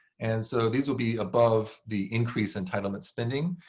and so these will be above the increase entitlement spending.